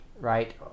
right